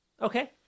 Okay